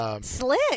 Slick